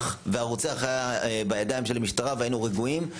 והרוצח היה בידיים של המשטרה והיינו רגועים,